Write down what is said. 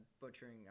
butchering